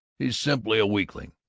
he's simply a weakling.